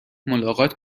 ملاقات